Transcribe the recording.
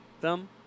thumb